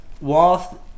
whilst